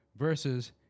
Versus